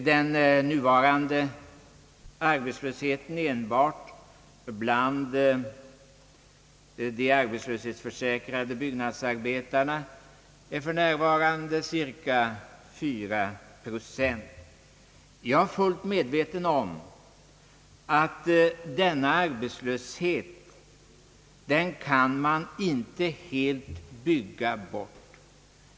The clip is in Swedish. Den nuvarande arbetslösheten enbart bland de arbetslöshetsförsäkrade byggnadsarbetarna är för närvarande cirka 4 procent. Jag är fullt medveten om att man inte helt kan bygga bort denna arbetslöshet.